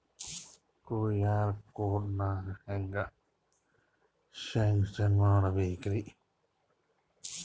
QR code ನಾ ಹೆಂಗ scan ಮಾಡಬೇಕ್ರಿ?